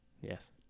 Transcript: Yes